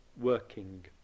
working